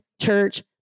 church